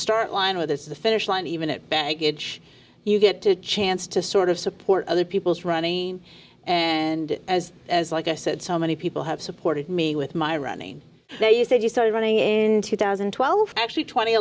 start line with us to the finish line even at baggage you get to chance to sort of support other people's running and as as like i said so many people have supported me with my running they said you started running in two thousand and twelve actually tw